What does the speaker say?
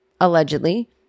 allegedly